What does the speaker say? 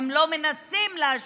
הם אפילו לא מנסים להשפיע.